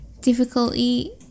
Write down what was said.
difficulty